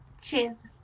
Cheers